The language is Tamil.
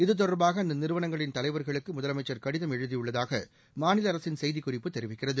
இது தொடர்பாக அந்த நிறுவனங்களின் தலைவர்களுக்கு முதலமைச்சர் கடிதம் எழுதியுள்ளதாக மாநில அரசின் செய்திக்குறிப்பு தெரிவிக்கிறது